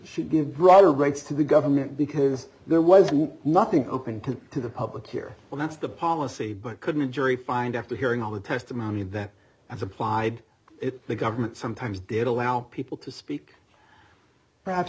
should give broader rights to the government because there was nothing open to the public here well that's the policy but couldn't a jury find after hearing all the testimony that has applied the government sometimes data allow people to speak perhaps